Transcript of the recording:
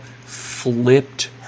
flipped